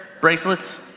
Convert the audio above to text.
bracelets